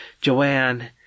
Joanne